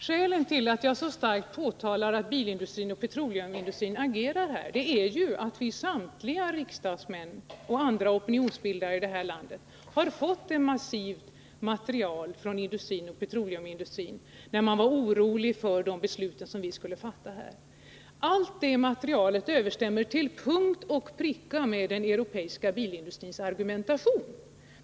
Skälet till att jag så starkt påtalar att bilindustrin och petroleumindustrin agerar här är att samtliga riksdagsmän och andra opinionsbildande i vårt land fick ett massivt material från dessa industrier, när man var oroad för de beslut som vi skulle fatta här. Allt det materialet överensstämmer till punkt och pricka med den europeiska bilindustrins argumentation.